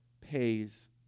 pays